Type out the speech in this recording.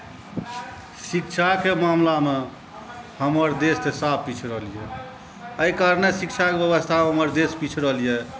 शिक्षाके मामलामे हमर देश तऽ साफ पिछड़ल यए एहि कारणे शिक्षाके व्यवस्थामे हमर देश पिछड़ल यए